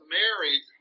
married